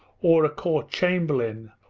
or a court chamberlain,